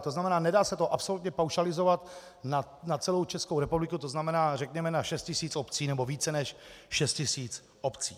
To znamená, nedá se to absolutně paušalizovat na celou Česku republiku, to znamená řekněme na šest tisíc obcí, nebo více než šest tisíc obcí.